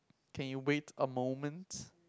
can you wait a moment